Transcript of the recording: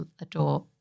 adore